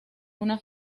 una